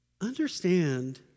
Understand